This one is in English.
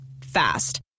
Fast